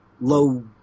low